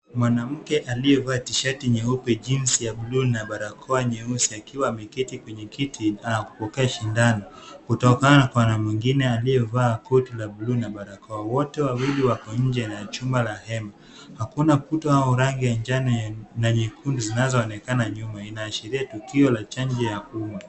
Mwanamke aliyevaa tishati nyeupe, jeans ya buluu na barakoa nyeusi akiwa ameketi kwenye kiti anapokea sindano, kutokana kwa mwingine aliyevaa koti la buluu na barakoa. Wote wawili wako nje na chumba la hema. Hakuna kuta au rangi ya njano na nyekundu zinazoonekana nyuma. Inaashiria tukio za chanjo ya umma.